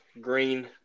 green